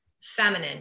feminine